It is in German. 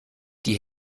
die